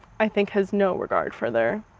i think, has no regard for their,